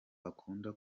akunda